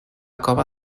cova